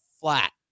flat